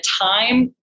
time